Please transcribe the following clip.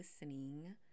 listening